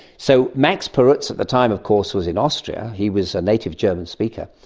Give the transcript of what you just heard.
so max perutz at the time of course was in austria, he was a native german speaker,